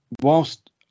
whilst